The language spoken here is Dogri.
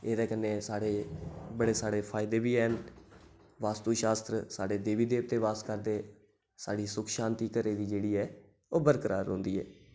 एह्दे कन्नै साढ़े बड़े सारे फायदे बी ऐन वास्तु शास्त्र साढ़े देवी देवते बास करदे साढ़ी सुख शांति घरै दी जेह्डी ऐ ओह् बरकरार रौंह्दी ऐ